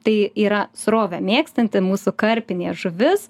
tai yra srovę mėgstanti mūsų karpinė žuvis